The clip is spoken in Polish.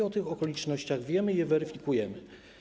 O tych okolicznościach wiemy i je weryfikujemy.